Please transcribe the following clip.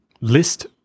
list